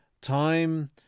time